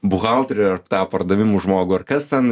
buhalterį ar tą pardavimų žmogų ar kas ten